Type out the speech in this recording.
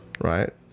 right